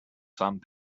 sand